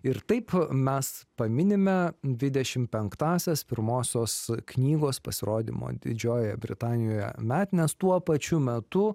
ir taip mes paminime dvidešimt penktąsias pirmosios knygos pasirodymo didžiojoje britanijoje metines tuo pačiu metu